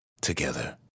Together